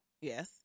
Yes